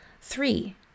Three